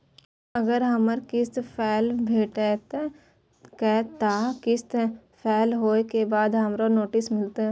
अगर हमर किस्त फैल भेलय त कै टा किस्त फैल होय के बाद हमरा नोटिस मिलते?